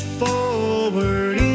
forward